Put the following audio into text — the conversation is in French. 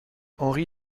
henry